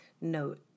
note